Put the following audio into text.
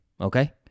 Okay